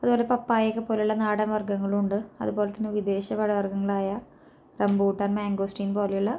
അതുപോലെ പപ്പയ്ക്ക പോലുള്ള നാടൻ വർഗ്ഗങ്ങളുണ്ട് അതുപോലെ തന്നെ വിദേശ പഴവർഗ്ഗങ്ങളായ റംബൂട്ടാൻ മാങ്കോസ്റ്റീൻ പോലെ ഉള്ള